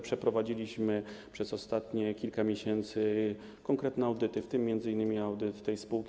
Przeprowadziliśmy przez ostatnie kilka miesięcy konkretne audyty, w tym m.in. audyt tej spółki.